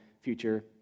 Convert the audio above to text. future